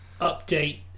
update